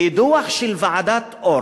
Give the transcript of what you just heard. בדוח של ועדת-אור,